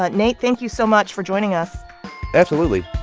but nate, thank you so much for joining us absolutely